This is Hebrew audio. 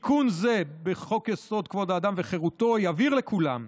תיקון זה בחוק-יסוד: כבוד האדם וחירותו יבהיר לכולם,